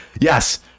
Yes